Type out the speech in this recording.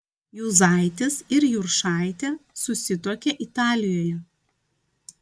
juzaitis ir juršaitė susituokė italijoje